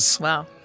Wow